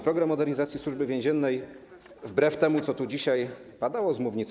Program modernizacji Służby Więziennej” wbrew temu, co tu dzisiaj padało z mównicy.